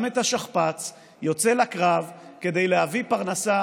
שם את השכפ"ץ ויוצא לקרב כדי להביא פרנסה